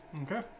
Okay